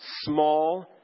small